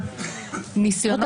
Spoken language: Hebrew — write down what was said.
רוטמן, הניסיונות